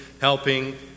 helping